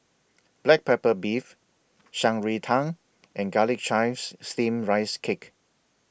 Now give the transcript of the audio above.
Black Pepper Beef Shan Rui Tang and Garlic Chives Steamed Rice Cake